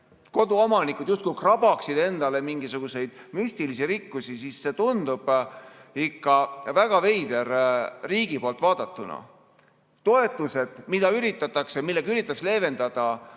koduomanikud justkui krabaksid endale mingisuguseid müstilisi rikkusi. See tundub ikka väga veider riigi poolt vaadatuna. Toetused, millega üritatakse [olukorda] leevendada,